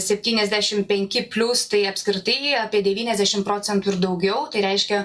septyniasdešim penki plius tai apskritai apie devyniasdešim procentų ir daugiau tai reiškia